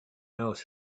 else